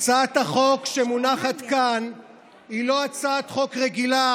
הצעת החוק שמונחת כאן היא לא הצעת חוק רגילה,